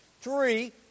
Three